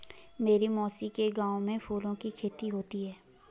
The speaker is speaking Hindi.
मेरी मौसी के गांव में फूलों की खेती होती है